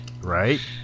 Right